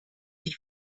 die